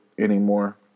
anymore